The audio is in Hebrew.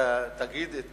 תגיד את